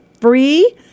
free